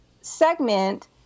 segment